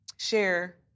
share